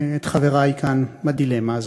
ואני רוצה לשתף את חברי כאן בדילמה הזאת.